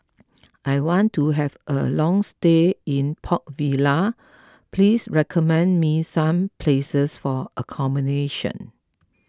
I want to have a long stay in Port Vila please recommend me some places for accommodation